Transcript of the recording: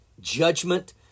judgment